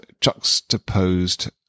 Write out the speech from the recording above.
juxtaposed